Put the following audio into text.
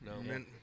No